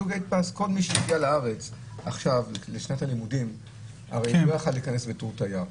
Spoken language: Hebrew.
כל מי שהגיע לארץ לשנת הלימודים לא יכול היה להיכנס בתור תייר.